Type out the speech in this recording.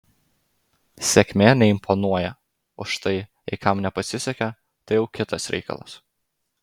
sėkmė neimponuoja o štai jei kam nepasisekė tai jau kitas reikalas